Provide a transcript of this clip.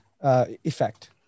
effect